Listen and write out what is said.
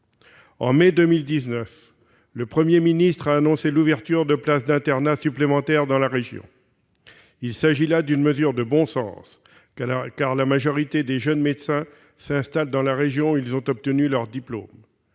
En mai 2019, le Premier ministre a annoncé l'ouverture de places d'internat supplémentaires dans la région. Il s'agit là d'une mesure de bon sens, car la majorité des jeunes médecins s'installent dans la région où ils ont obtenu leur diplôme.